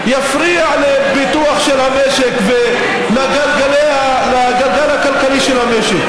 לפיתוח של המשק ולגלגל הכלכלי של המשק.